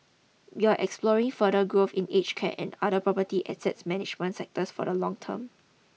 we are exploring further growth in aged care and other property assets management sectors for the long term